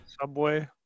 subway